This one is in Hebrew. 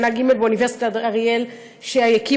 בשנה ג' באוניברסיטת אריאל שהקימה,